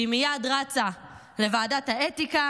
והיא מייד רצה לוועדת האתיקה